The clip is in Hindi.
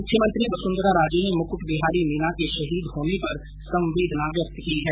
मुख्यमंत्री वसुन्धरा राजे ने मुकुट बिहारी मीना के शहीद होने पर संवेदना व्यक्त की है